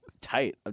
Tight